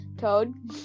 Toad